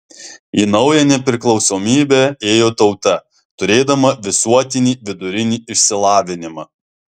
į naują nepriklausomybę ėjo tauta turėdama visuotinį vidurinį išsilavinimą